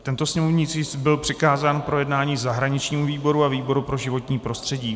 Tento sněmovní tisk byl přikázán k projednání zahraničnímu výboru a výboru pro životní prostředí.